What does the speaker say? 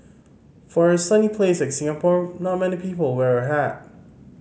for a sunny place like Singapore not many people wear a hat